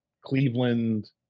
Cleveland